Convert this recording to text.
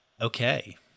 okay